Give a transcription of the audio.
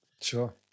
Sure